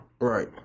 Right